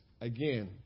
Again